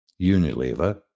Unilever